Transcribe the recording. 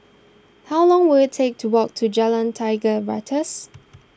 how long will it take to walk to Jalan Tiga Ratus